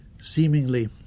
seemingly